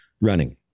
running